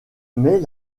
mais